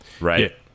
right